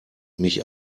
mich